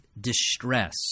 distress